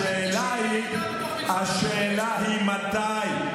השאלה היא מתי.